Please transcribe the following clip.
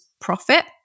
profit